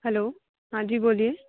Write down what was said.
hello हाँ जी बोलिए